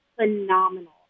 phenomenal